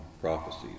prophecies